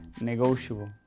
negotiable